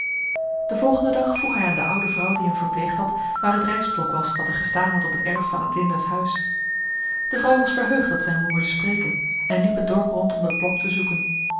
den volgenden dag vroeg hy aan de oude vrouw die hem verpleegd had waar t rystblok was dat er gestaan had op het erf van adinda's huis de vrouw was verheugd dat ze hem hoorde spreken en liep het dorp rond om dat blok te zoeken